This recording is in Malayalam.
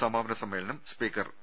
സമാ പന സമ്മേളനം സ്പീക്കർ പി